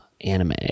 anime